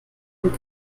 und